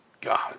God